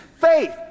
Faith